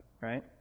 right